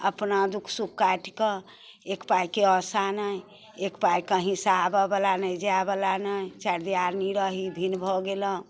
अपना दुःख सुख काटि कऽ एक पाइके आशा नहि एक पाइ कहींसँ आबऽवला ने जाइवला ने चारि दियादनी रही भिन भऽ गेलहुँ